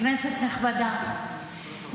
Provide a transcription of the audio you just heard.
כנסת נכבדה,